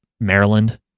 Maryland